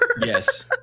Yes